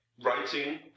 Writing